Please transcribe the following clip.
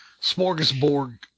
smorgasbord